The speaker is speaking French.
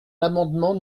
l’amendement